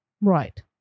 Right